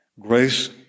grace